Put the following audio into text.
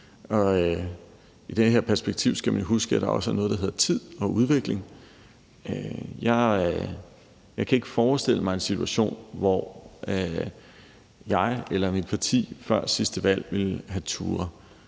og i det her perspektiv skal man jo huske, at der også er noget, der hedder tid og udvikling. Jeg kan ikke forestille mig en situation, hvor jeg eller mit parti før sidste valg ville have turdet